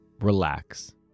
relax